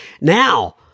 now